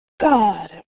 God